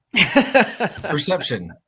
Perception